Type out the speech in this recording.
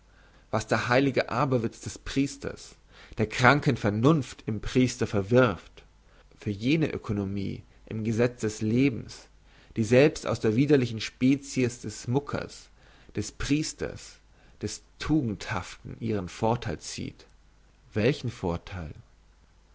was der heilige aberwitz des priesters der kranken vernunft im priester verwirft für jene ökonomie im gesetz des lebens die selbst aus der widerlichen species des muckers des priesters des tugendhaften ihren vortheil zieht welchen vortheil